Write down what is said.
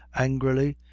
angrily.